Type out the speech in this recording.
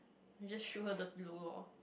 then just shoot her dirty look lor